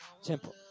Simple